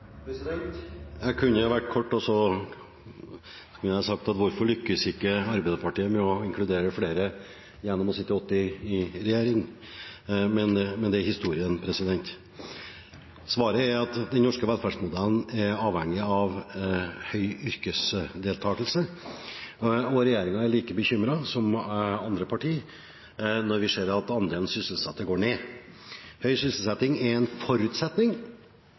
arbeidslivet?» Jeg kunne vært kort og sagt: Hvorfor lyktes ikke Arbeiderpartiet med å inkludere flere gjennom å sitte åtte år i regjering? Men det er historien. Svaret er at den norske velferdsmodellen er avhengig av høy yrkesdeltakelse. Regjeringen er like bekymret som andre parti når vi ser at andelen sysselsatte går ned. Høy sysselsetting er en forutsetning